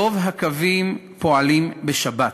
רוב הקווים פועלים בשבת,